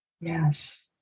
Yes